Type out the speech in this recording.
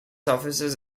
offices